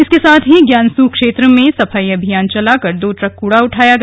इसके साथ ही ज्ञानसू क्षेत्र में सफाई अभियान चलाकर दो ट्रक कूड़ा उठाया गया